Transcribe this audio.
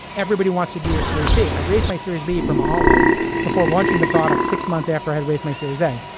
everybody wants to do your series b. i raised my series b from mahalo before launching the product six months after i raised my series a.